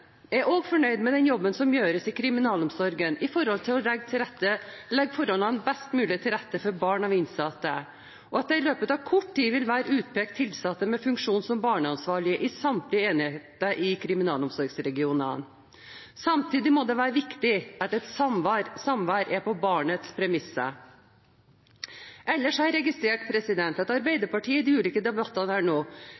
Jeg er også fornøyd med den jobben som gjøres i kriminalomsorgen for å legge forholdene best mulig til rette for barn av innsatte, og for at det i løpet av kort tid vil være utpekt tilsatte med funksjon som barneansvarlige ved samtlige enheter i kriminalomsorgsregionene. Samtidig må det være viktig at et samvær er på barnets premisser. Ellers har jeg registrert at Arbeiderpartiet i de ulike debattene denne uken har vist til at